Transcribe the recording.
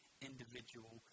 individual